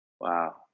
Wow